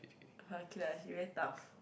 okay lah she very tough